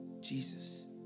Jesus